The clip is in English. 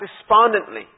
despondently